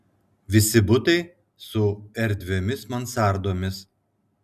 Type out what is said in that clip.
visi butai su erdviomis mansardomis